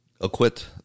acquit